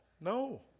No